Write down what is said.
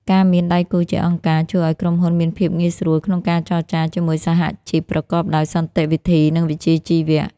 ការមានដៃគូជាអង្គការ ជួយឱ្យក្រុមហ៊ុនមានភាពងាយស្រួលក្នុងការចរចាជាមួយសហជីពប្រកបដោយសន្តិវិធី និងវិជ្ជាជីវៈ។